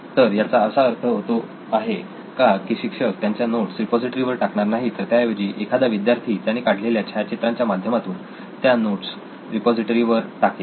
तर याचा असा अर्थ होतो आहे का की शिक्षक त्यांच्या नोट्स रिपॉझिटरी वर टाकणार नाही तर त्याऐवजी एखादा विद्यार्थी त्याने काढलेल्या छायाचित्रांच्या माध्यमातून त्या नोट्स रिपॉझिटरी वर टाकेल